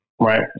Right